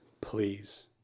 please